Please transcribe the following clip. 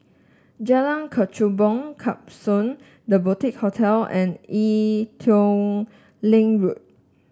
Jalan Kechubong Klapsons The Boutique Hotel and Ee Teow Leng Road